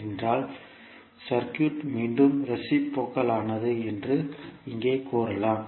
என்றால் சுற்று மீண்டும் ரேசிப்ரோகல் ஆனது என்று இங்கே கூறுவோம்